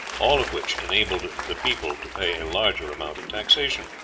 all of which enabled the people to pay a larger amount of taxation.